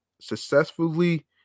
successfully